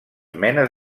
menes